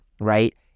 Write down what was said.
right